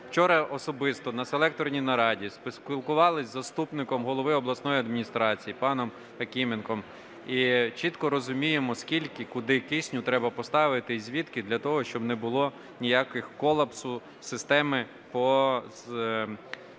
Вчора особисто на селекторній нараді спілкувались із заступником голови обласної адміністрації паном Якименком. І чітко розуміємо, скільки куди кисню треба поставити і звідки для того, щоб не було ніякого колапсу системи по